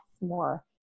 more